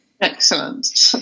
Excellent